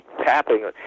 tapping